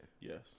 Yes